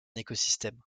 écosystème